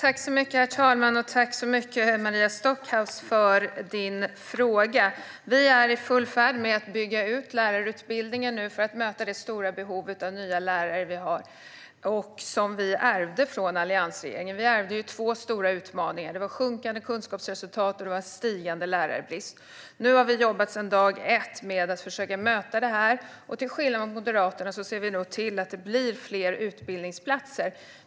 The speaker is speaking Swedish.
Herr talman! Tack så mycket, Maria Stockhaus, för frågan! Vi är i full färd med att bygga ut lärarutbildningen för att möta det stora behovet av nya lärare som vi ärvde från alliansregeringen. Vi ärvde två stora utmaningar: sjunkande kunskapsresultat och stigande lärarbrist. Nu har vi jobbat sedan dag ett med att försöka möta dessa. Till skillnad mot Moderaterna ser vi nu till att det blir fler utbildningsplatser.